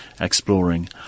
exploring